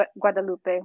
Guadalupe